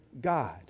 God